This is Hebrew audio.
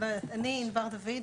אירוע רב נפגעים,